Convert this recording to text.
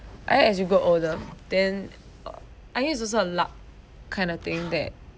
I think as you grow older then i~ uh I guess also a luck kind of thing that